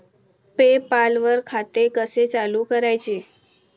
पे पाल वर खाते कसे चालु करायचे